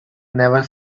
never